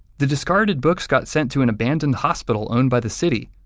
the discarded books got sent to an abandoned hospital owned by the city,